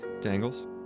Dangles